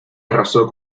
arrasó